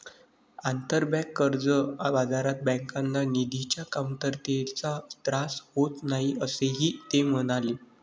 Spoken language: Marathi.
आंतरबँक कर्ज बाजारात बँकांना निधीच्या कमतरतेचा त्रास होत नाही, असेही ते म्हणाले